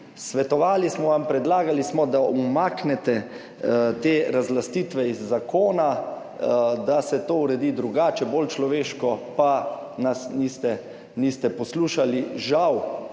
Svetovali smo vam, predlagali smo, da umaknete te razlastitve iz zakona, da se to uredi drugače, bolj človeško, pa nas niste poslušali, žal.